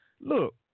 Look